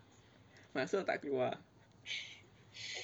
masuk tak keluar